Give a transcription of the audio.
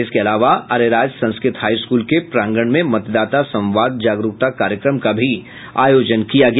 इसके अलावा Areraj Sanskrit high school के प्रांगण में मतदाता संवाद जागरूकता कार्यक्रम का भी आयोजन किया गया